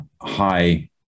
high